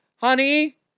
Honey